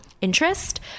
interest